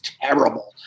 terrible